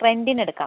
റെൻറ്റിനെടുക്കാം